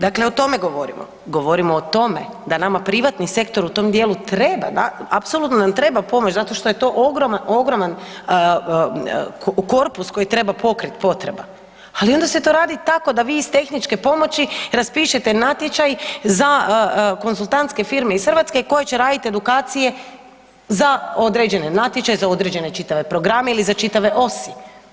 Dakle, o tome govorimo, govorimo o tome da nama privatni sektor u tom dijelu treba, da, apsolutno nam treba pomoć zato što je to ogroman korpus koji treba pokrit potreba, ali onda se to radi tako da vi iz tehničke pomoći raspišete natječaj za konzultantske firme iz Hrvatske koje će radit edukacije za određene natječaje, za određene čitave programe ili za čitave osi.